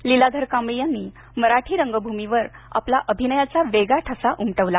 लीलाधर कांबळी यांनी मराठी रंगभूमीवर आपल्या अभिनयाचा वेगळा ठसा उमटवला